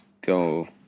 go